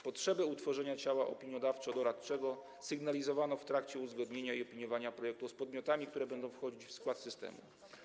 Potrzebę utworzenia ciała opiniodawczo-doradczego sygnalizowano w trakcie uzgodnienia i opiniowania projektu z podmiotami, które będą wchodzić w skład systemu.